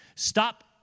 Stop